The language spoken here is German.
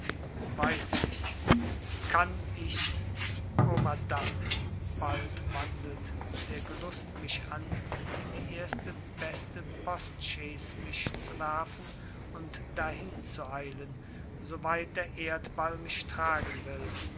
weiß ichs kann ichs o madame bald wandelt der gelust mich an in die erste beste postchaise mich zu werfen und dahinzueilen so weit der erdball mich tragen will